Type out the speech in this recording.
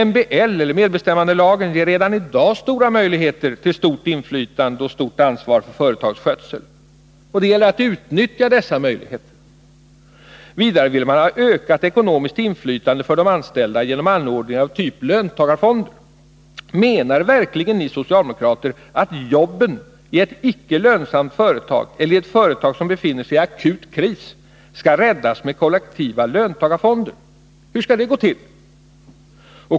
Medbestämmandelagen ger redan i dag stora möjligheter till stort inflytande och stort ansvar för företags skötsel. Det gäller att utnyttja dessa möjligheter. Vidare vill socialdemokraterna ha ökat ekonomiskt inflytande för de anställda genom anordningar av typ löntagarfonder. Menar verkligen ni socialdemokrater att jobben i ett icke lönsamt företag eller i ett företag som befinner sig i akut kris skall räddas med kollektiva löntagarfonder? Hur skall det gå till?